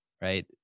Right